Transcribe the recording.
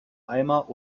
eimer